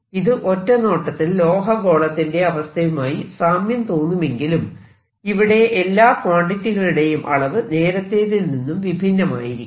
ഇത് ഒറ്റ നോട്ടത്തിൽ ലോഹഗോളത്തിന്റെ അവസ്ഥയുമായി സാമ്യം തോന്നുമെങ്കിലും ഇവിടെ എല്ലാ ക്വാണ്ടിറ്റികളുടെയും അളവ് നേരത്തേതിൽ നിന്നും വിഭിന്നമായിരിക്കും